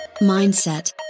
mindset